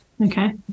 Okay